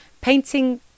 painting